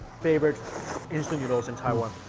favorite instant noodles in taiwan,